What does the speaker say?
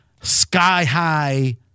sky-high